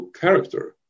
character